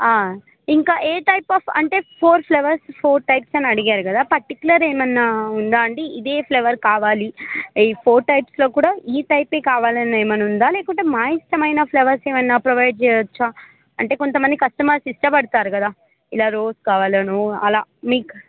ఇంకా ఏ type of అంటే ఫోర్ ఫ్లవర్స్ ఫోర్ టైప్స్ అని అడిగారు కదా పర్టికులర్ ఏమైనా ఉందా అండి ఇదే ఫ్లవర్ కావాలి ఈ ఫోర్ టైప్స్లో కూడా ఈ టైపే కావాలని ఏమైనా ఉందా లేకుంటే మా ఇష్టమైన ఫ్లవర్స్ ఏమైనా ప్రొవైడ్ చేయొచ్చా అంటే కొంతమంది కస్టమర్స్ ఇష్టపడతారు కదా ఇలా రోజ్ కావాలని అలా మీకు